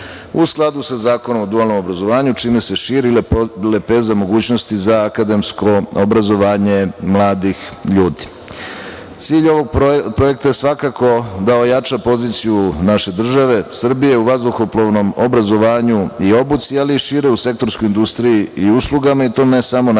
u skladu sa Zakonom o dualnom obrazovanju, čime se širi lepeza mogućnosti za akademsko obrazovanje mladih ljudi. Cilj ovog projekta je svakako da ojača poziciju naše države Srbije u vazduhoplovnom obrazovanju i obuci, ali i šire u sektorskoj industriji i uslugama i to ne samo na